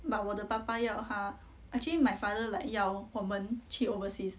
but 我的爸爸要她 actually my father like 要我们去 overseas